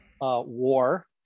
war